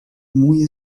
muy